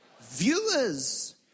Viewers